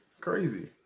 Crazy